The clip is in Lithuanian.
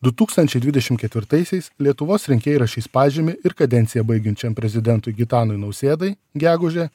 du tūkstančiai dvidešim ketvirtaisiais lietuvos rinkėjai rašys pažymį ir kadenciją baigiančiam prezidentui gitanui nausėdai gegužę